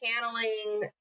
channeling